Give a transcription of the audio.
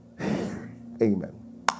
amen